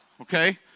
Okay